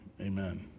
Amen